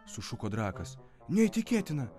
sušuko drakas neįtikėtina